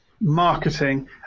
marketing